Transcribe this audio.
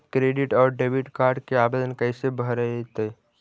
Credit और debit card के आवेदन कैसे भरैतैय?